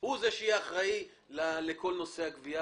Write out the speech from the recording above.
הוא זה שיהיה אחראי לכל נושא הגבייה,